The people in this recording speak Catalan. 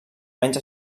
menys